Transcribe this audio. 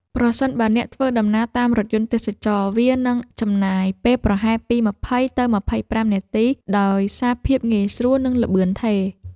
ប្រសិនបើអ្នកធ្វើដំណើរតាមរថយន្តទេសចរណ៍ វាអាចនឹងចំណាយពេលប្រហែលពី ២០ ទៅ ២៥ នាទី ដោយសារភាពងាយស្រួល និងល្បឿនថេរ។